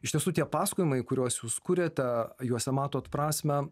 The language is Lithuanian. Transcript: iš tiesų tie pasakojimai kuriuos jūs kuriate juose matot prasmę